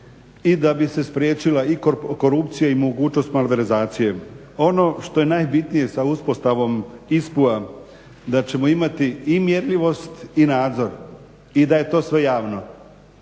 i da bi se spriječila i korupcija i mogućnost malverzacije. Ono što je najbitnije sa uspostavom ISPU-a da ćemo imati i mjerljivost i nadzor i da je to sve javno.